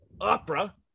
opera